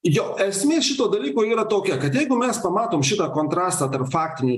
jo esmė šito dalyko yra tokia kad jeigu mes pamatom šitą kontrastą tarp faktinių